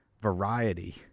variety